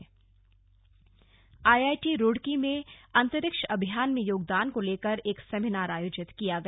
IIT Roorkee IIT Roorkee में अंतरिक्ष अभियान में योगदान को लेकर एक सेमिनार आयोजित किया गया